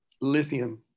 lithium